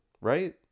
right